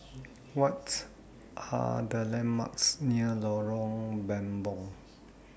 What Are The landmarks near Lorong Mambong